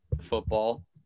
football